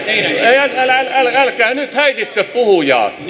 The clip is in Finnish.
älkää nyt häiritkö puhujaa